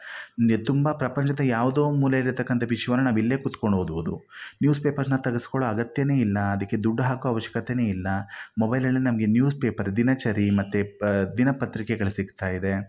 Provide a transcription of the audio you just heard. ತುಂಬ ಪ್ರಪಂಚದ ಯಾವುದೋ ಒಂದು ಮೂಲೇಲಿ ಇರ್ತಕ್ಕಂಥ ವಿಶ್ವನ ನಾವಿಲ್ಲೆ ಕೂತ್ಕೊಂಡು ಓದ್ಬೋದು ನ್ಯೂಸ್ ಪೇಪರ್ನ ತರಿಸ್ಕೊಳ್ಳೋ ಅಗತ್ಯವೇ ಇಲ್ಲ ಅದಕ್ಕೆ ದುಡ್ಡು ಹಾಕೋ ಅವಶ್ಯಕತೆಯೇ ಇಲ್ಲ ಮೊಬೈಲ್ನಲ್ಲೇ ನಮಗೆ ನ್ಯೂಸ್ ಪೇಪರ್ ದಿನಚರಿ ಮತ್ತು ದಿನಪತ್ರಿಕೆಗಳು ಸಿಗ್ತಾಯಿದೆ